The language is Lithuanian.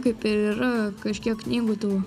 kaip ir yra kažkiek knygų tų